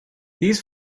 these